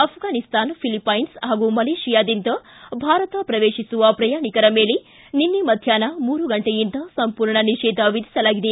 Afghanistan Philippines ಹಾಗು ಮಲೇಷಿಯಾದಿಂದ ಭಾರತ ಪ್ರವೇಶಿಸುವ ಪ್ರಯಾಣಿಕರ ಮೇಲೆ ನಿನ್ನೆ ಮಧ್ಯಾಪ್ನ ಮೂರು ಗಂಟೆಯಿಂದ ಸಂಪೂರ್ಣ ನಿಷೇಧ ವಿಧಿಸಲಾಗಿದೆ